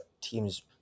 teams